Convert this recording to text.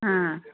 हां